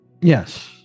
Yes